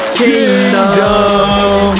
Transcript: kingdom